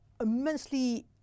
immensely